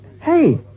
Hey